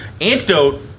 antidote